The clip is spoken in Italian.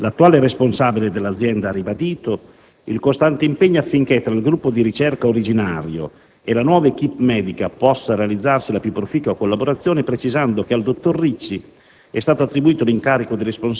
tuttavia, l'attuale responsabile dell'azienda ha ribadito il costante impegno affinché tra il gruppo di ricerca originario e la nuova *équipe* medica possa realizzarsi la più proficua collaborazione, precisando che al dottor Ricci